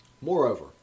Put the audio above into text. Moreover